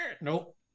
nope